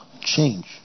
change